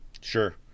Sure